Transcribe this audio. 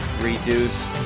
reduce